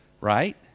Right